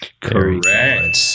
Correct